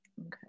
Okay